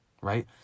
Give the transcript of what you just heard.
right